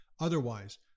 Otherwise